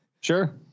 Sure